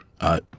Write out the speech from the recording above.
I